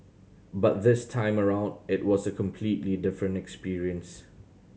but this time around it was a completely different experience